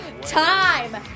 time